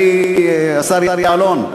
השר יעלון,